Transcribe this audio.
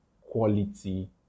quality